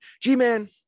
g-man